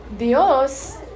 Dios